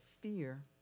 fear